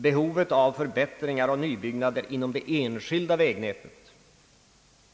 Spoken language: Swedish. Behovet av förbättringar och nybyggnader inom det enskilda vägnätet